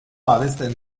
abesten